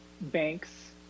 banks